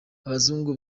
abazungu